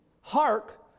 hark